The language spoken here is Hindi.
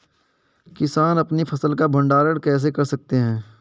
किसान अपनी फसल का भंडारण कैसे कर सकते हैं?